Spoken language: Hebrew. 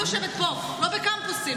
היא יושבת פה, לא בקמפוסים,